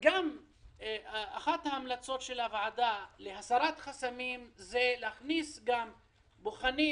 אחת ההמלצות של הוועדה להסרת חסמים הייתה להכניס בוחנים